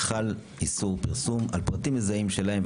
חל איסור פרסום על פרטים מזהים שלהם,